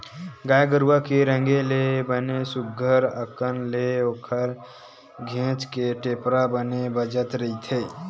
गाय गरुवा के रेगे ले बने सुग्घर अंकन ले ओखर घेंच के टेपरा बने बजत रहिथे